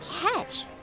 catch